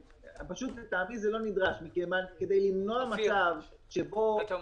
פשוט לטעמי זה לא נדרש -- אופיר, מה אתה אומר?